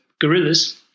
gorillas